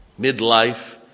midlife